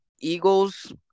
Eagles